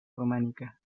románica